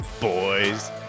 boys